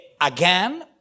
again